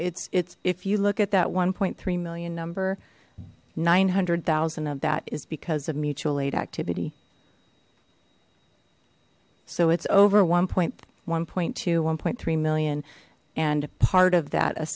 it's it's if you look at that one three million number nine hundred thousand of is because of mutual aid activity so it's over one one point two one point three million and part of that a